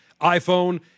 iPhone